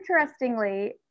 interestingly